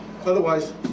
otherwise